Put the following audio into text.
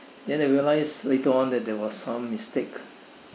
then I realize later on that there was some mistake